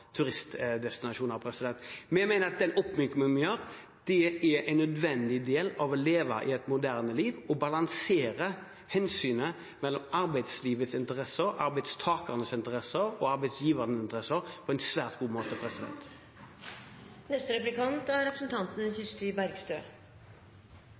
turistdestinasjoner. Vi mener at den oppmykingen vi gjør, er en nødvendig del av å leve i et moderne samfunn, og balanserer hensynet mellom arbeidslivets interesser, arbeidstakernes interesser og arbeidsgivernes interesser på en svært god måte. Representanten